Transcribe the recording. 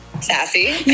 sassy